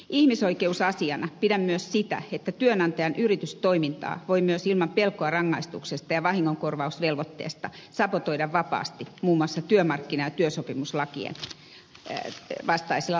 ihmisoikeusasiana pidän myös sitä että työnantajan yritystoimintaa voi myös ilman pelkoa rangaistuksesta ja vahingonkorvausvelvoitteesta sabotoida vapaasti muun muassa työmarkkina ja työsopimuslakien vastaisilla lakoilla